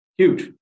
Huge